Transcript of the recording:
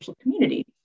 community